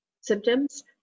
symptoms